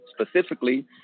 specifically